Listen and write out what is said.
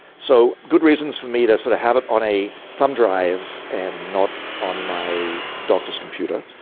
so good reasons for me to sort of have it on a thumb drive and not on my doctor's computer.